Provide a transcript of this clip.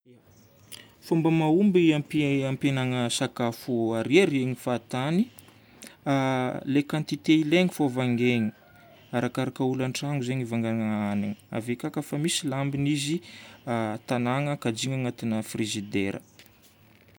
Fomba mahomby hampi- hampihegnana sakafo ariariagna fahatany: le quantité ilaigna fô vangaigna. Arakaraka olo an-tragno zegny ivangagna hani. Ave ka kafa misy lambiny izy, tagnana, kajiana agnaty frigidaire.